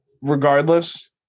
Regardless